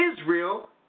Israel